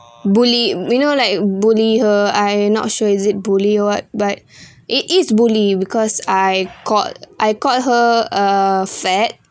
bully we know like bully her I not sure is it bully [what] but it is bully because I called I called her uh fat